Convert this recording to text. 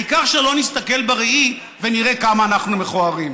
העיקר שלא נסתכל בראי ונראה כמה אנחנו מכוערים.